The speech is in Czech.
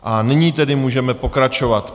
A nyní tedy můžeme pokračovat.